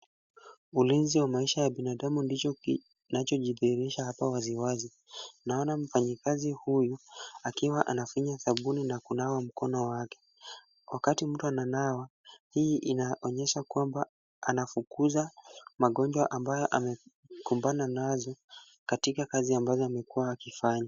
Ulinzi wa maisha ya binadamu ndicho kinachojidhihirisha hapa wazi wazi. Naona mfanyakazi huyu akiwa anafinya sabuni na kunawa mkono wake. Wakati mtu ananawa hii inaonyesha kwamba anafukuza magonjwa ambayo anakumbana nazo katika kazi ambazo amekuwa akifanya.